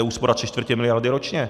To je úspora tři čtvrtě miliardy ročně.